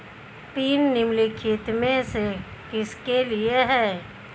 Pin निम्नलिखित में से किसके लिए है?